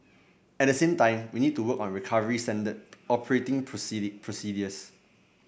at the same time we need to work on recovery standard operating procedures